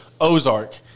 Ozark